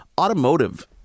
Automotive